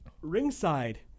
ringside